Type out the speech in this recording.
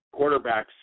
quarterbacks